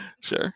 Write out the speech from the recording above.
Sure